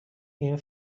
این